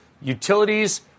utilities –